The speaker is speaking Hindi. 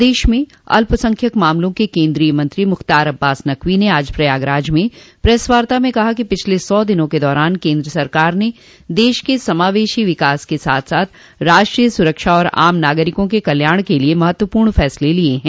प्रदेश में अल्पसंख्यक मामलों के केन्द्रीय मंत्री मुख़्तार अब्बास नक़वी ने आज प्रयागराज में प्रेस वार्ता में कहा कि पिछले सौ दिनों के दौरान केन्द्र सरकार ने देश के समावेशी विकास के साथ साथ राष्ट्रीय सुरक्षा आर आम नागरिकों के कल्याण के लिए महत्वपूर्ण फसले लिये हैं